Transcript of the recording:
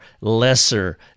lesser